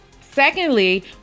Secondly